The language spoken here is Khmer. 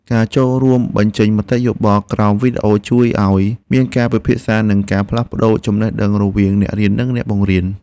ការចូលរួមបញ្ចេញមតិយោបល់ក្រោមវីដេអូជួយឱ្យមានការពិភាក្សា និងការផ្លាស់ប្តូរចំណេះដឹងរវាងអ្នករៀននិងអ្នកបង្រៀន។